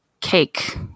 cake